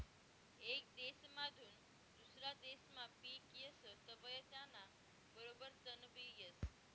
येक देसमाधून दुसरा देसमा पिक येस तवंय त्याना बरोबर तणबी येस